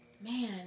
man